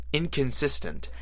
inconsistent